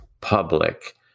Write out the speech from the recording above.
public